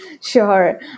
Sure